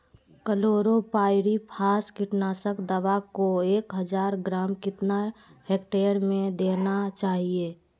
Chlorpyrifos कीटनाशक दवा को एक हज़ार ग्राम कितना हेक्टेयर में देना चाहिए?